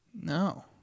No